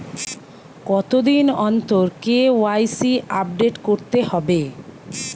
কতদিন অন্তর KYC update করতে হবে?